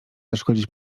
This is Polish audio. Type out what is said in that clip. zaszkodzić